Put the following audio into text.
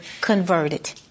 converted